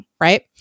right